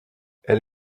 elle